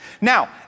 Now